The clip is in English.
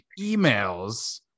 emails